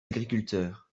agriculteurs